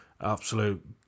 absolute